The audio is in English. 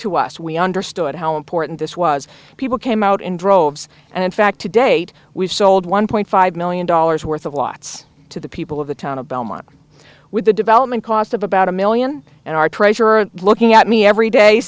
to us we understood how important this was people came out in droves and in fact to date we've sold one point five million dollars worth of lots to the people of the town of belmont with a development cost of about a million and our treasurer looking at me every day